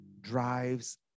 drives